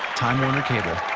time warner cable